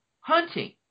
hunting